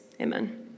Amen